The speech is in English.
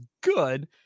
good